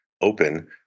Open